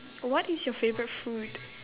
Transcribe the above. what is your favourite food